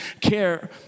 care